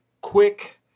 quick